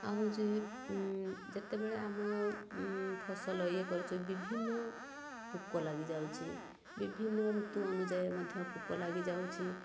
ଆଉ ହେଉଛି ଯେତେବେଳେ ଆମ ଫସଲ ଇଏ କରୁଛୁ ବିଭିନ୍ନ ପୋକ ଲାଗିଯାଉଛି ବିଭିନ୍ନ ଋତୁ ଅନୁଯାୟୀ ମଧ୍ୟ ପକା ଲାଗି ଯାଉଛି